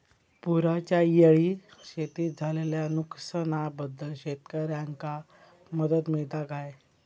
पुराच्यायेळी शेतीत झालेल्या नुकसनाबद्दल शेतकऱ्यांका मदत मिळता काय?